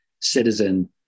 citizen